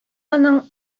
аның